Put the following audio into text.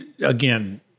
again